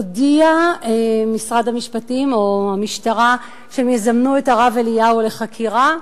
הודיעו משרד המשפטים או המשטרה שהם יזמנו את הרב אליהו לחקירה,